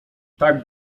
tak